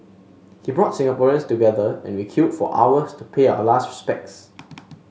he brought Singaporeans together and we queued for hours to pay our last respects